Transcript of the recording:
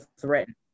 threatened